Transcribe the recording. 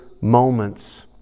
moments